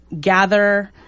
Gather